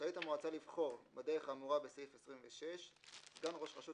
רשאית המועצה לבחור בדרך האמורה בסעיף 26 סגן ראש רשות